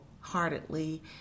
wholeheartedly